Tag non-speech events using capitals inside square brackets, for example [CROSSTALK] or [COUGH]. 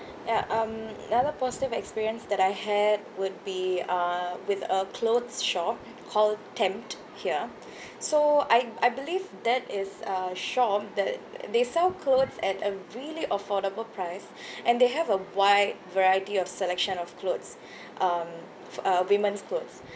ya um another positive experience that I had would be uh with a clothes shop called temt here [BREATH] so I I believe that is uh shop that they sell clothes at a really affordable price [BREATH] and they have a wide variety of selection of clothes [BREATH] um f~ uh women's clothes